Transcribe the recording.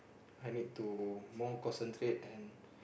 I need to more concentrate and